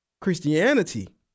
Christianity